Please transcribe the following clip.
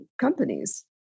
companies